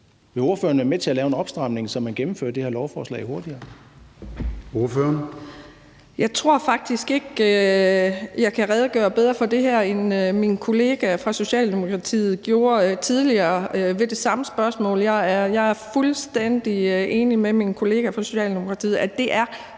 Vil ordføreren være med til at lave en opstramning, så man gennemfører det her lovforslag hurtigere? Kl. 13:50 Formanden (Søren Gade): Ordføreren. Kl. 13:50 Charlotte Bagge Hansen (M): Jeg tror faktisk ikke, jeg kan redegøre bedre for det her, end min kollega fra Socialdemokratiet gjorde tidligere ved det samme spørgsmål. Jeg er fuldstændig enig med min kollega fra Socialdemokratiet i, at det er